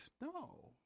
No